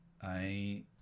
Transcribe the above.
I